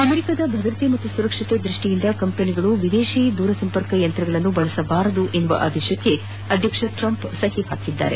ಅಮೆರಿಕಾದ ಭದ್ರತೆ ಮತ್ತು ಸುರಕ್ಷತೆಯ ದೃಷ್ಟಿಯಿಂದ ಕಂಪನಿಗಳು ವಿದೇಶಿ ದೂರ ಸಂಪರ್ಕ ಯಂತ್ರಗಳನ್ನು ಬಳಸಬಾರದು ಎಂಬ ಆದೇಶಕ್ಕೆ ಅಮೆರಿಕಾದ ಅಧ್ಯಕ್ಷ ಡೊನಾಲ್ಡ್ ಟ್ರಂಪ್ ಸಹಿ ಹಾಕಿದ್ದಾರೆ